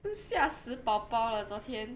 真吓死宝宝了昨天